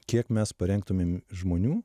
kiek mes parengtumėm žmonių